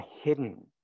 hidden